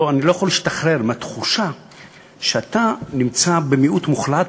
אני לא יכול להשתחרר מהתחושה שאתה נמצא במיעוט מוחלט,